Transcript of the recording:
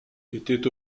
étaient